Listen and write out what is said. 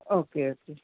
okay okay